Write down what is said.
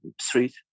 street